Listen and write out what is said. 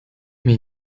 mich